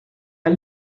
del